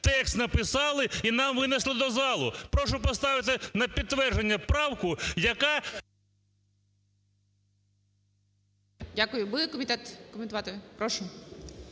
текст написали і нам винесли до залу. Прошу поставити на підтвердження правку, яка… ГОЛОВУЮЧИЙ. Буде комітет коментувати? Прошу.